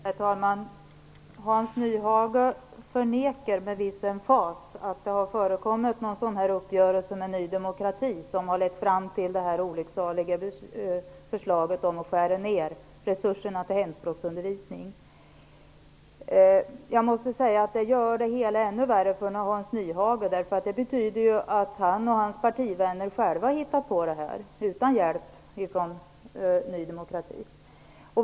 Herr talman! Hans Nyhage förnekar med viss emfas att det har förekommit någon uppgörelse med Ny demokrati som lett fram till det olycksaliga förslaget om att skära ned resurserna till hemspråksundervisningen. Jag måste säga att det gör det hela ännu värre för Hans Nyhage. Det betyder ju att han och hans partivänner själva har hittat på detta, utan hjälp från Ny demokrati.